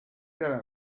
that